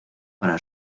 para